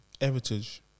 heritage